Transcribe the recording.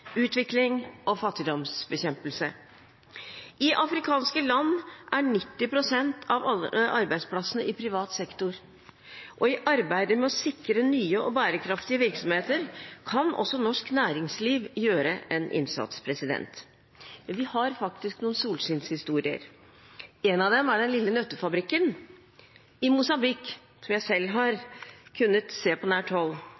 utvikling og fattigdomsbekjempelse. I afrikanske land er 90 pst. av alle arbeidsplassene i privat sektor, og i arbeidet med å sikre nye og bærekraftige virksomheter kan også norsk næringsliv gjøre en innsats. Vi har faktisk noen solskinnshistorier. En av dem er Den Lille Nøttefabrikken i Mosambik – som jeg selv